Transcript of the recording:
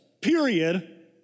period